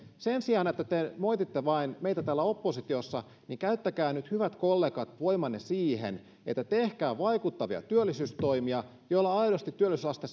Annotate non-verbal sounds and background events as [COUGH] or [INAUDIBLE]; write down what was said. sen sijaan että te moititte vain meitä täällä oppositiossa niin käyttäkää nyt hyvät kollegat voimanne siihen että tehkää vaikuttavia työllisyystoimia joilla aidosti työllisyysaste [UNINTELLIGIBLE]